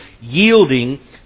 yielding